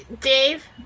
dave